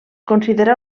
considera